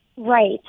Right